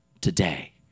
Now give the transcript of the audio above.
today